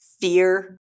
fear